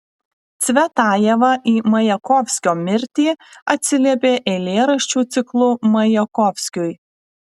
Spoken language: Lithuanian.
cvetajeva į majakovskio mirtį atsiliepė eilėraščių ciklu majakovskiui